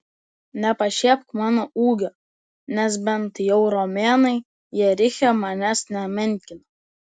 nepašiepk mano ūgio nes bent jau romėnai jeriche manęs nemenkina